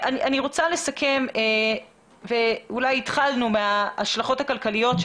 אני רוצה לסכם ואולי התחלנו מההשלכות הכלכליות כי